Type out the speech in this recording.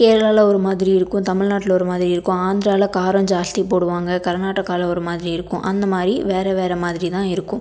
கேரளாவில் ஒரு மாதிரி இருக்கும் தமிழ்நாட்ல ஒரு மாதிரி இருக்கும் ஆந்திராவில் காரம் ஜாஸ்தி போடுவாங்க கர்நாடகாவில் ஒரு மாதிரி இருக்கும் அந்த மாதிரி வேறு வேறு மாதிரி தான் இருக்கும்